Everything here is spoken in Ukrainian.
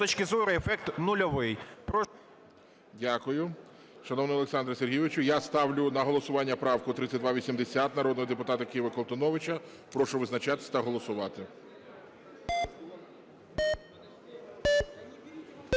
точки зору, ефект нульовий. ГОЛОВУЮЧИЙ. Дякую. Шановний Олександре Сергійовичу, я ставлю на голосування правку 3280 народного депутата Киви, Колтуновича. Прошу визначатись та голосувати.